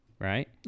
right